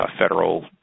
federal